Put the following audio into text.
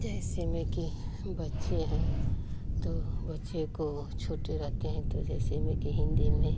जैसे में कि बच्चे हैं तो बच्चे को छोटे रहते हैं तो जैसे में कि हिन्दी में